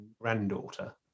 granddaughter